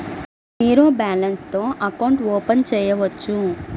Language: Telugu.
జీరో బాలన్స్ తో అకౌంట్ ఓపెన్ చేయవచ్చు?